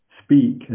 speak